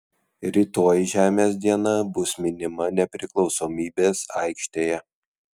rytoj žemės diena bus minima nepriklausomybės aikštėje